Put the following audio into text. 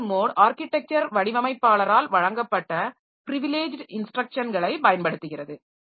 kernel mode architecture வடிவமைப்பாளரால் வழங்கப்பட்ட privileged இன்ஸ்டிரக்ஷன்களை பயன்படுத்துகிறது